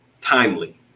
timely